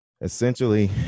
essentially